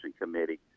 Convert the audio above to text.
committee